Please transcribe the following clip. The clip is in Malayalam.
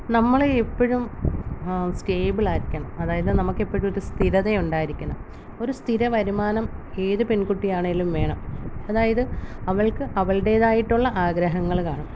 നമ്മളെപ്പോഴും സ്റ്റേബിളായിരിക്കണം അതായത് നമുക്കെപ്പോഴും ഒരു സ്ഥിരതയുണ്ടായിരിക്കണം ഒരു സ്ഥിര വരുമാനം ഏത് പെൺകുട്ടിയാണേലും വേണം അതായത് അവൾക്ക് അവളുടേതായിട്ടുള്ള ആഗ്രഹങ്ങള് കാണും